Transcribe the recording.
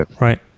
Right